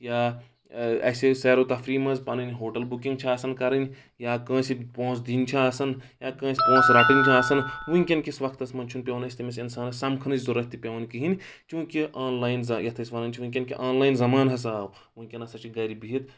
یا اَسہِ سیر و تفری منٛز پَنٕنۍ ہوٹل بُکِنٛگ چھِ آسن کَرٕنۍ یا کٲنٛسہِ پونٛسہٕ دِنۍ چھِ آسن یا کٲنٛسہِ پونٛسہٕ رَٹٕنۍ چھِ آسن وٕنکیٚن کِس وقتَس منٛز چھُ نہٕ پیٚوَان اَسہِ تٔمِس اِنسانَس سَمکھنٕچ ضوٚرَتھ تہِ پیٚوان کِہیٖنۍ چوٗنٛکہِ آنلاین یَتھ أسۍ وَنان چھِ وٕنکیٚن کہِ آنلاین زمان ہسا آو وٕنکیٚن ہسا چھِ گرِ بِہِتھ